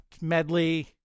medley